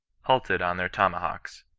halted on their tomahawks.